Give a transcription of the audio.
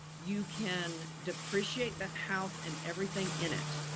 you can depreciate the house and everything in it